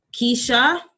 Keisha